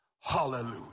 Hallelujah